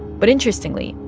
but interestingly,